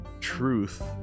Truth